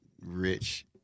rich